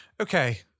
Okay